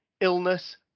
illness